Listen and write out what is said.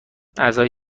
اعضای